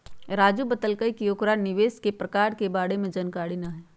राजू बतलकई कि ओकरा निवेश के प्रकार के बारे में जानकारी न हई